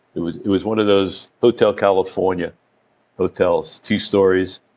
it was it was one of those hotel california hotels two stories,